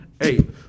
eight